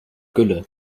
gülle